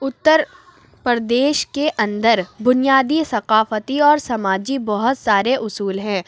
اتر پردیش کے اندر بنیادی ثقافتی اور سماجی بہت سارے اصول ہیں